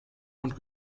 und